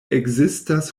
ekzistas